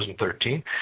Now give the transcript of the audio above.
2013